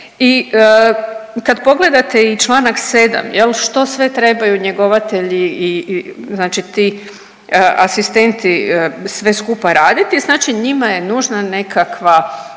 I kad pogledate i čl. 7. jel što sve trebaju njegovatelji i znači ti asistenti sve skupa raditi znači njima je nužna nekakva